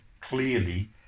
clearly